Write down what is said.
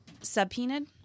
Subpoenaed